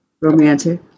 romantic